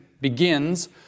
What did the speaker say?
begins